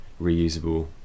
reusable